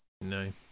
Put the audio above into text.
No